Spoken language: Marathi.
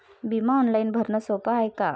बिमा ऑनलाईन भरनं सोप हाय का?